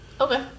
Okay